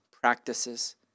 practices